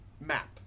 map